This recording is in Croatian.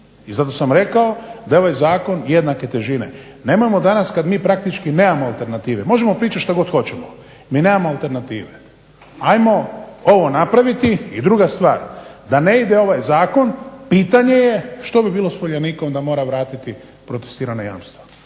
i zato sam rekao da je ovaj zakon jednake težine. Nemojmo danas kad mi praktički nemamo alternative, možemo pričati šta god hoćemo, mi nemamo alternative. Ajmo ovo napraviti. I druga stvar, da ne ide ovaj zakon, pitanje je što bi bilo s Uljanikom da mora vratiti protestirana jamstva.